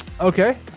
Okay